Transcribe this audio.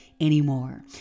anymore